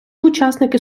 учасники